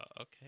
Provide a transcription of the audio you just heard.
Okay